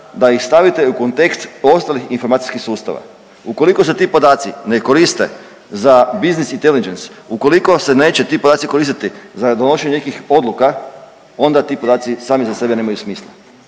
da ih stavite u kontekst ostalih informacijskih sustava. Ukoliko se ti podaci ne koriste za biznis i …/Govornik se ne razumije/…, ukoliko se neće ti podaci koristiti za donošenje nekih odluka onda ti podaci sami za sebe nemaju smisla,